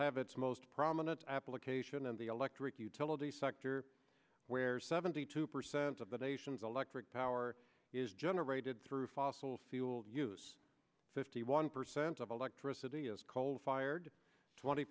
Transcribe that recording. have its most prominent application in the electric utility sector where seventy two percent of the nation's electric power is generated through fossil fuel use fifty one percent of electricity is coal fired twenty